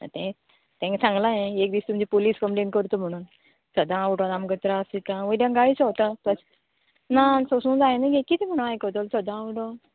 आं तेंगे सांगलां हांवें एक दीस तुमची पुलीस कंप्लेन करत म्हणोन सदां उटोन आमकां त्रास दिता वयल्या गाळी सोंवता तशें ना सोंसू जायना गे कितें म्हणून आयकतोल सदां उटोन